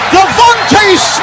Devontae